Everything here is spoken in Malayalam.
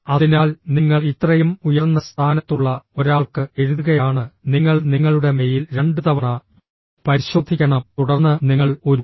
അതിനാൽ നിങ്ങൾ ഇത്രയും ഉയർന്ന സ്ഥാനത്തുള്ള ഒരാൾക്ക് എഴുതുകയാണ് നിങ്ങൾ നിങ്ങളുടെ മെയിൽ രണ്ടുതവണ പരിശോധിക്കണം തുടർന്ന് നിങ്ങൾ ഒരു എം